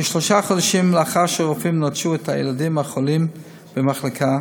כשלושה חודשים לאחר שהרופאים נטשו את הילדים החולים במחלקה,